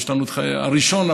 הראשון,